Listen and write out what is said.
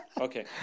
Okay